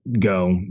go